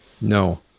No